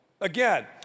again